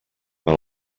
per